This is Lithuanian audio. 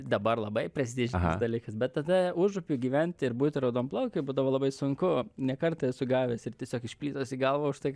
dabar labai prestižinis dalykas bet tada užupy gyvent ir būti raudonplaukiu būdavo labai sunku ne kartą esu gavęs ir tiesiog iš plytos į galvą už tai ka